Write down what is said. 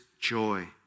joy